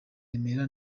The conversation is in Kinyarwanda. remera